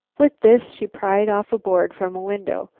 with this she pried off a board from a window,